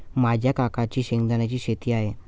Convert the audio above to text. माझ्या काकांची शेंगदाण्याची शेती आहे